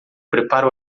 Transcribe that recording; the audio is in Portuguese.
prepara